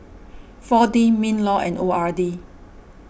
four D MinLaw and O R D